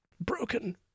broken